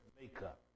makeup